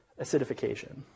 acidification